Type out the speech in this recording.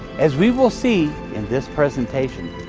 as we will see in this presentation,